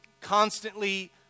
constantly